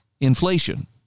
inflation